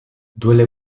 duele